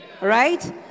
right